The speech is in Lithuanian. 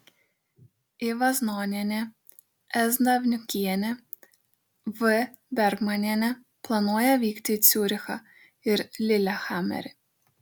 i vaznonienė s davniukienė v bergmanienė planuoja vykti į ciūrichą ir lilehamerį